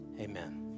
Amen